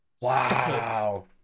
Wow